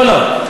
לא לא.